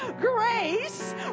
grace